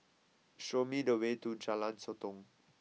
show me the way to Jalan Sotong